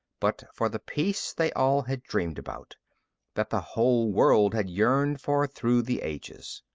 but for the peace they all had dreamed about that the whole world had yearned for through the ages.